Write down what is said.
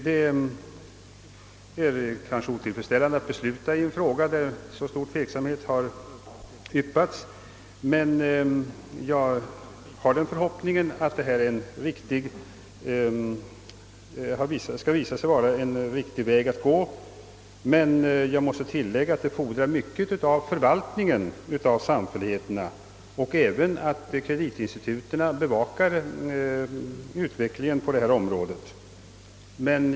Det är kanske otillfredsställande att skrida till beslut i en fråga, där så stor tveksamhet har yppats, men jag har den förhoppningen att detta skall visa sig vara en riktig väg att gå. Jag måste dock tillägga att förslaget fordrar mycket av själva förvaltningen av samfälligheterna, men det krävs även att kreditinstituten bevakar utvecklingen på detta område.